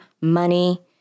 money